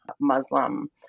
Muslim